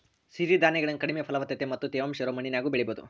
ಸಿರಿಧಾನ್ಯಗಳನ್ನ ಕಡಿಮೆ ಫಲವತ್ತತೆ ಮತ್ತ ತೇವಾಂಶ ಇರೋ ಮಣ್ಣಿನ್ಯಾಗು ಬೆಳಿಬೊದು